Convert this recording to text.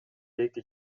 эки